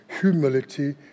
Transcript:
humility